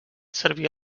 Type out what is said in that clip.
servir